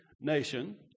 nation